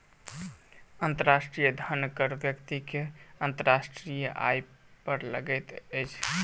अंतर्राष्ट्रीय धन कर व्यक्ति के अंतर्राष्ट्रीय आय पर लगैत अछि